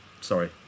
Sorry